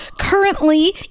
currently